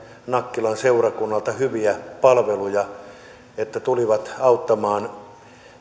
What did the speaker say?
nakkilan seurakunnalta hyviä palveluja että tulivat auttamaan